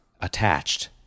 attached